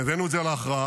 והבאנו את זה להכרעה,